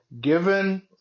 given